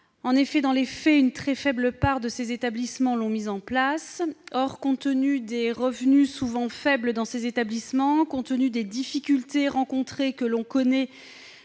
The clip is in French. Dans les faits une très faible part de ces établissements l'a mise en place. Or, compte tenu des revenus, souvent faibles, dans ces établissements et des difficultés rencontrées au cours